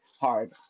hard